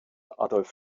adolf